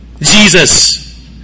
Jesus